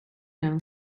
know